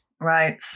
right